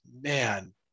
man